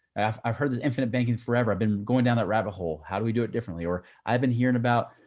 i've i've heard this infinite banking forever. i've been going down that rabbit hole. how do we do it differently? or i've been hearing about,